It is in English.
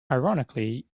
ironically